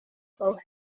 fel